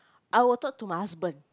I will talk to my husband